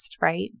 right